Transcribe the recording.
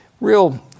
real